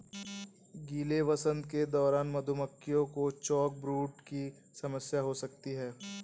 गीले वसंत के दौरान मधुमक्खियों को चॉकब्रूड की समस्या हो सकती है